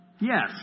Yes